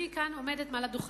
אני עומדת כאן על הדוכן,